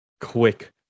quick